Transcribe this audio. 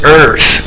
earth